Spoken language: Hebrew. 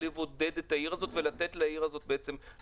לבודד את העיר הזאת ולתת לעיר הזאת לצמוח.